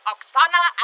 Oksana